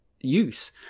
use